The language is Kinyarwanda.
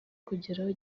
kugeraho